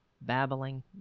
babbling